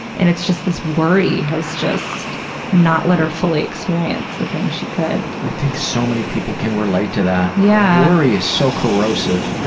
and it's just this worry has just not let her fully experience the things she could. i think so many people can relate to that. yeah. worry is so corrosive.